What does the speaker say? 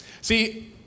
See